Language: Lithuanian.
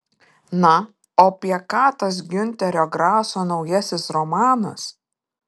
na o apie ką tas giunterio graso naujasis romanas